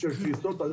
של קריסות.